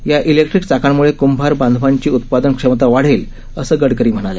या इलेक्ट्रीक चाकांम्ळे कूंभार बांधवांची उत्पादन क्षमता वाढेल असं गडकरी म्हणाले